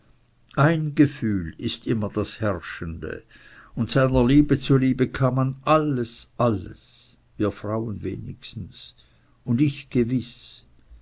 ein gefühl ist immer das herrschende und seiner liebe zuliebe kann man alles alles wir frauen wenigstens und ich gewiß